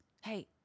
Hey